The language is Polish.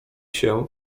się